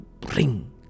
bring